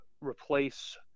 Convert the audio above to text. replace